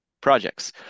projects